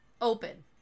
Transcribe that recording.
Open